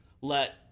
Let